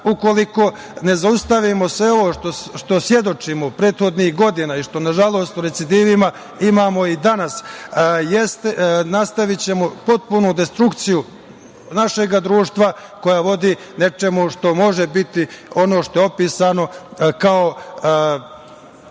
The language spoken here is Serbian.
ne zaustavimo sve ovo čemu svedočimo prethodnih godina i što nažalost u recidivima imamo i danas jeste nastavićemo potpunu destrukciju našeg društva koja vodi nečemu što može biti ono što je opisano kao